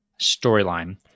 storyline